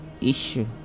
issue